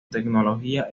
tecnología